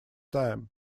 time